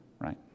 right